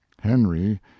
henry